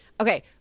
Okay